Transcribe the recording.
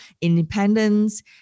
independence